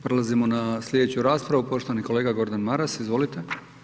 Prelazimo na slijedeću raspravu, poštovani kolega Gordan Maras, izvolite.